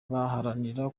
baharanira